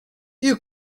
you